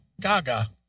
Gaga